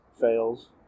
fails